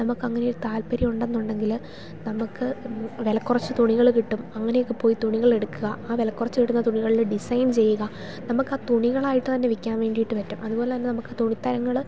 നമുക്ക് അങ്ങനെ ഒരു താല്പര്യം ഉണ്ടെന്നുണ്ടെങ്കിൽ നമുക്ക് വില കുറച്ചു തുണികൾ കിട്ടും അങ്ങനെയൊക്കെ പോയി തുണികൾ എടുക്കുക ആ വില കുറച്ചു കിട്ടുന്ന തുണികളുടെ ഡിസൈൻ ചെയ്യുക നമുക്ക് ആ തുണികളായിട്ട് തന്നെ വിൽക്കാൻ വേണ്ടിയിട്ട് പറ്റും അതുപോലെ തന്നെ നമുക്ക് തുണിത്തരങ്ങൾ